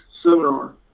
seminar